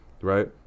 right